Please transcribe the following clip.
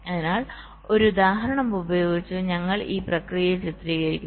അതിനാൽ ഒരു ഉദാഹരണം ഉപയോഗിച്ച് ഞങ്ങൾ ഈ പ്രക്രിയയെ ചിത്രീകരിക്കുന്നു